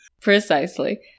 Precisely